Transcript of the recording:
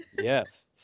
Yes